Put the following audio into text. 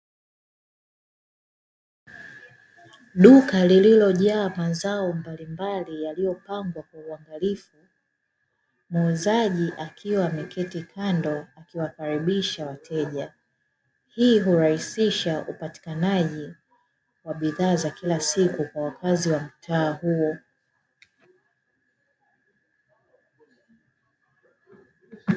Duka lililojaa mazao mbalimbali yaliyopangwa kwa uangalifu. Muuzaji akiwa ameketi kando akiwakaribisha wateja. Hii hurahisisha upatikanaji wa bidhaa za kila siku kwa wakazi wa mtaa huo.